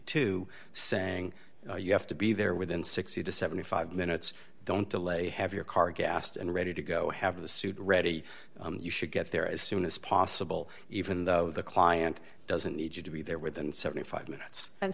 two saying you have to be there within sixty to seventy five minutes don't delay have your car gassed and ready to go have the suit ready you should get there as soon as possible even though the client doesn't need you to be there within seventy five minutes and